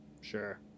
Sure